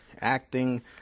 acting